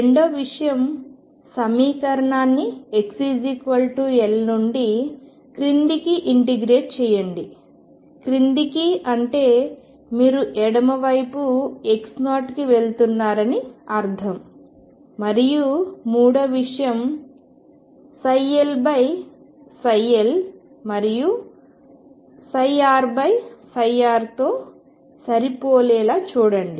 రెండవ విషయం సమీకరణాన్ని xL నుండి క్రిందికి ఇంటిగ్రేట్ చేయండి క్రిందికి అంటే మీరు ఎడమ వైపు x0 కి వెళ్తున్నారని అర్థం మరియు మూడవ విషయం LL మరియు RR తో సరిపోలేలా చూడండి